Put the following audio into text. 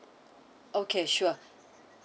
okay sure